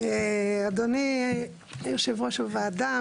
אדוני היושב-ראש הוועדה,